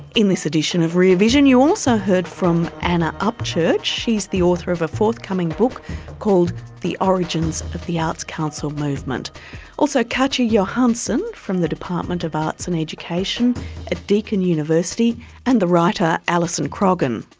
in this edition of rear vision you also heard from anna upchurch, she's the author of a forthcoming book called the origins of the arts council movement also katya johanson from the department of arts and education at deakin university and the writer alison croggon.